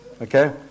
Okay